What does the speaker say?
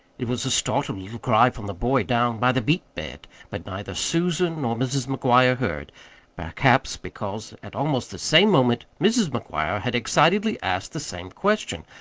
it was a startled little cry from the boy down by the beet-bed but neither susan nor mrs. mcguire heard perhaps because at almost the same moment mrs. mcguire had excitedly asked the same question.